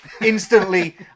instantly